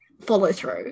follow-through